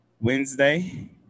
Wednesday